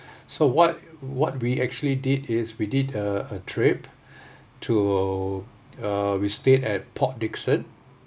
so what what we actually did is we did uh a trip to uh we stayed at port dickson